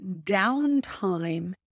downtime